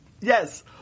Yes